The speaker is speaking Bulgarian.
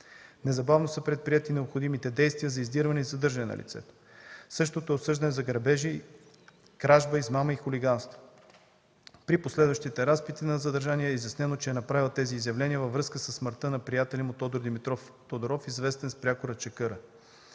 Незабавно са предприети необходимите действия за издирване и задържане на лицето. Същото е осъждано за грабежи, кражба, измами и хулиганство. При последващите разпити на задържания е изяснено, че е направил тези изявления във връзка със смъртта на приятеля му Тодор Димитров Тодоров, известен с прякора Чакъра.